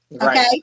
okay